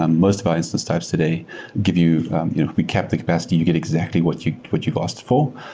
ah most of our instance types today give you we kept the capacity. you get exactly what you've what you've asked for.